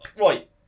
right